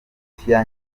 ingutiya